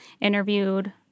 interviewed